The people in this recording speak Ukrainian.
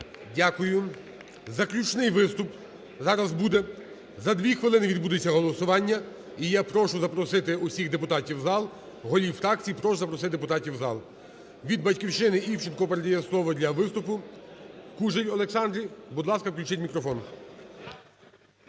Дякую. Заключний виступ зараз буде, за дві хвилини відбудеться голосування, і я прошу запросити всіх депутатів в зал, голів фракцій прошу запросити депутатів в зал. Від "Батьківщини" Івченко передає слово для виступу Кужель Олександрі. Будь ласка, включіть мікрофон.